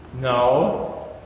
No